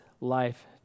life